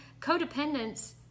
codependence